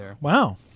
Wow